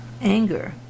anger